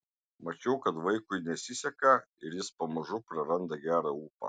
mačiau kad vaikui nesiseka ir jis pamažu praranda gerą ūpą